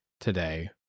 today